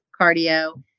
cardio